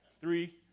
Three